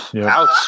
Ouch